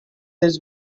his